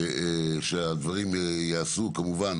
שזה ייעשה כמובן